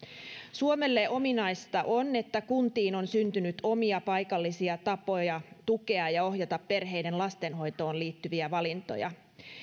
suomelle ominaista on että kuntiin on syntynyt omia paikallisia tapoja tukea ja ohjata perheiden lastenhoitoon liittyviä valintoja